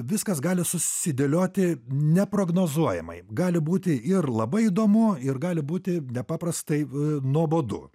viskas gali susidėlioti neprognozuojamai gali būti ir labai įdomu ir gali būti nepaprastai nuobodu